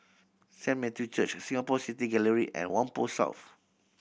Saint Matthew Church Singapore City Gallery and Whampoa South